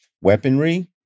weaponry